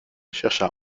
chercha